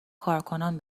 کارکنان